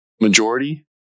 majority